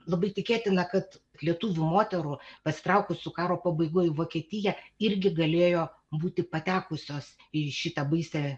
labai tikėtina kad lietuvių moterų pasitraukusių karo pabaigoj į vokietiją irgi galėjo būti patekusios į šitą baisią